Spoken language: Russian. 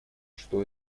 что